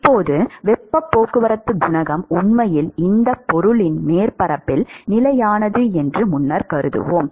இப்போது வெப்பப் போக்குவரத்து குணகம் உண்மையில் இந்த பொருளின் மேற்பரப்பில் நிலையானது என்று முன்னர் கருதுவோம்